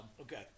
Okay